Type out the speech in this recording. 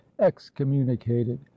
excommunicated